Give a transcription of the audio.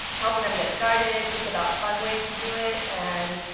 helping them get started, think about fun ways to do it, and